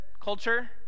culture